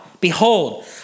behold